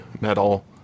Metal